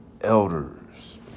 elders